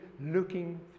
looking